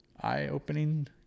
eye-opening